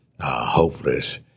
hopeless